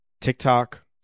TikTok